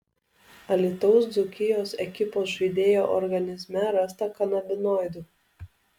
alytaus dzūkijos ekipos žaidėjo organizme rasta kanabinoidų